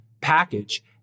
package